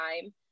time